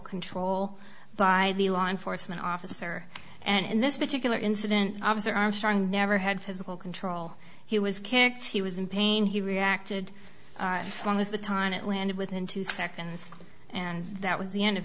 control by the law enforcement officer and in this particular incident obvious armstrong never had physical control he was kicked he was in pain he reacted as long as the time it landed within two seconds and that was the end of